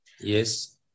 Yes